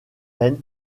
peine